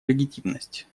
легитимность